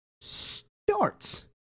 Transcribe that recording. starts